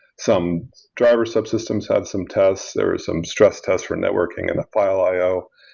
some driver subsystems had some tests. there is some stress test for networking and a file i o.